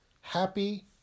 Happy